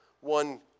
One